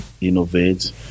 innovate